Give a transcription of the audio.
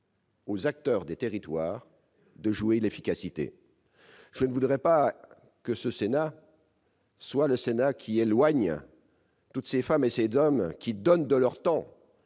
aux acteurs des territoires de jouer l'efficacité ? Je ne voudrais pas que le Sénat décourage ces femmes et ces hommes qui donnent de leur temps.